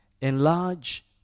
Enlarge